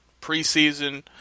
preseason